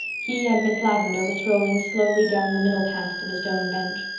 he and miss lavendar were strolling slowly down the middle path to the stone bench.